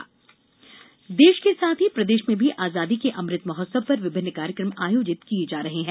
आजादी का अमृत महोत्सव देश के साथ ही प्रदेश में भी आजादी के अमृत महोत्सव पर विभिन्न कार्यक्रम आयोजित किये जा रहे हैं